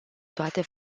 toate